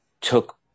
took